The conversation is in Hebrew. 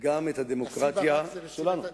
גם את הדמוקרטיה שלנו.